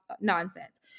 nonsense